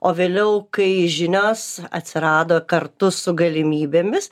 o vėliau kai žinios atsirado kartu su galimybėmis